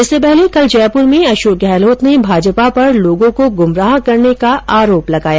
इससे पहले कल जयपुर में अशोक गहलोत ने भाजपा पर लोगों को गुमराह करने का आरोप लगाया